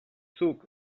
zuk